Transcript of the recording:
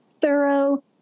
thorough